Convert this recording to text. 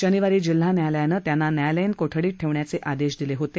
शनिवारी जिल्हा न्यायालयाने त्यांना न्यायालयीन कोठडीत ठेवण्याचे आदेश दिले होते